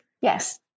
Yes